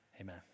amen